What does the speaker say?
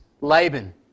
Laban